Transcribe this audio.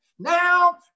Now